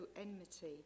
enmity